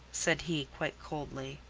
said he quite coldly.